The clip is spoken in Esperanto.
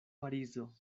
parizo